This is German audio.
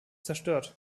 zerstört